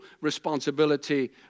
responsibility